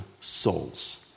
souls